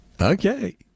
Okay